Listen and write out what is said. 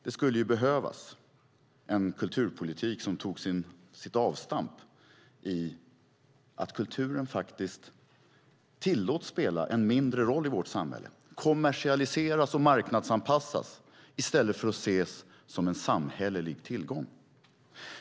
Det skulle behövas en kulturpolitik som tog sitt avstamp i att kulturen faktiskt tillåts spela en mindre roll i vårt samhälle. Den kommersialiseras och marknadsanpassas i stället för att ses som en samhällelig tillgång.